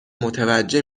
متوجه